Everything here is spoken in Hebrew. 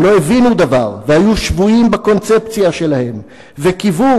הם לא הבינו דבר והיו שבויים בקונספציה שלהם וקיוו